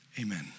amen